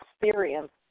experience